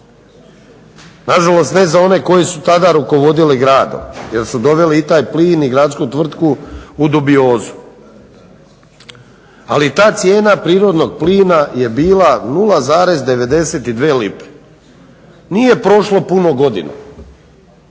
nažalost ne za one koji su tada rukovodili gradom jer su doveli i taj plin i gradsku tvrtku u dubiozu. Ali ta cijena prirodnog plina je bila 0,92 lipe. Nije prošlo puno godina